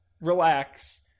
Relax